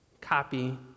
Copy